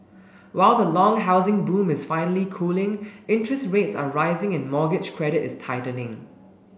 while the long housing boom is finally cooling interest rates are rising and mortgage credit is tightening